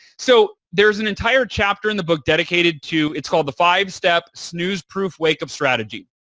so, there's an entire chapter in the book dedicated to it's called the five-step snooze-proof wake-up strategy.